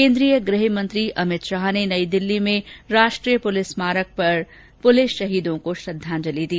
केन्द्रीय गृह मंत्री अमित शाह ने नई दिल्ली में राष्ट्रीय पुलिस स्मारक पर श्रद्वांजलि दी